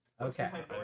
Okay